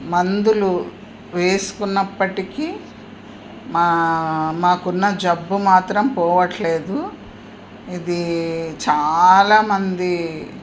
మందులు వేసుకున్నప్పటికీ మా మాకున్న జబ్బు మాత్రం పోవట్లేదు ఇది చాలామంది